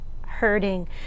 hurting